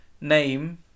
name